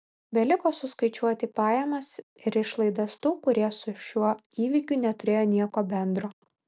beliko suskaičiuoti pajamas ir išlaidas tų kurie su šiuo įvykiu neturėjo nieko bendro